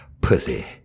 Pussy